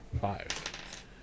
Five